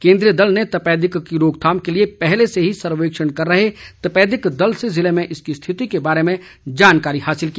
केंद्रीय दल ने तपेदिक की रोकथाम के लिए पहले से ही सर्वेक्षण कर रहे तपेदिक दल से जिले में इसकी रिथति के बारे में जानकारी हासिल की